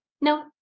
no